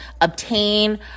obtain